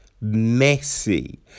messy